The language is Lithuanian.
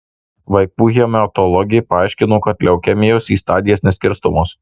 vaikų hematologė paaiškino kad leukemijos į stadijas neskirstomos